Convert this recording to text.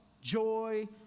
joy